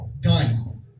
done